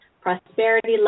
prosperity